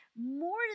more